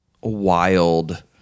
wild